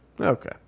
Okay